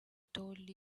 told